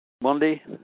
Monday